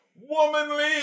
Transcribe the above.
womanly